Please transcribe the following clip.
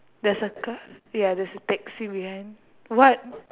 there's a car ya there's a taxi behind what